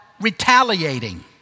retaliating